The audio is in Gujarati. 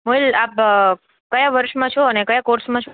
વેલ આપ કયા વર્ષમાં છો અને કયા કોર્સમાં છો